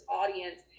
audience